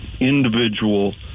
individual